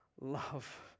love